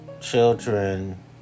children